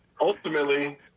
Ultimately